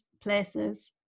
places